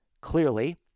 clearly